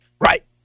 right